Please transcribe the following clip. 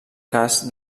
cas